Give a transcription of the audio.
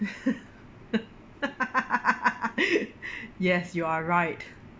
yes you are right